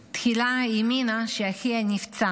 תחילה האמינה שאחיה נפצע,